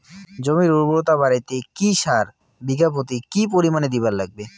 জমির উর্বরতা বাড়াইতে কি সার বিঘা প্রতি কি পরিমাণে দিবার লাগবে?